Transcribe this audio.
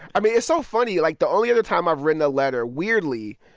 i mean, it's so funny. like, the only other time i've written a letter, weirdly,